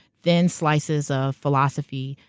thin slices of philosophy,